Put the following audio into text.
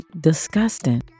disgusting